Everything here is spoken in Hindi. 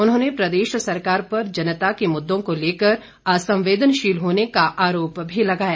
उन्होंने प्रदेश सरकार पर जनता के मुद्दों को लेकर असंवेदनशील होने का आरोप भी लगाया